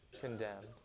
condemned